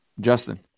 Justin